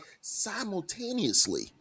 simultaneously